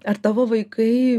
ar tavo vaikai